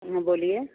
ہاں بولیے